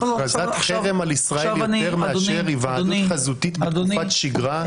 הכרזת חרם על ישראל יותר מאשר היוועדות חזותית בתקופת שגרה,